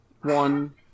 one